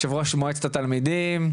יושב ראש מועצת התלמידים,